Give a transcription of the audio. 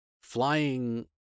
flying